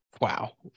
Wow